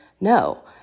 No